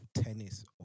tennis